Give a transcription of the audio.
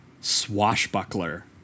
swashbuckler